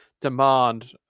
demand